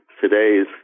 today's